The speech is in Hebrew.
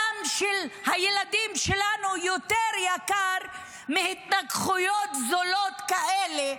הדם של הילדים שלנו יותר יקר מהתנגחויות זולות כאלה,